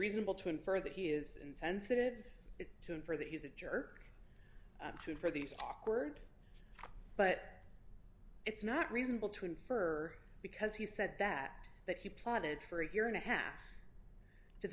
reasonable to infer that he is insensitive to infer that he's a jerk too for these awkward but it's not reasonable to infer because he said that that he plotted for a year and a half to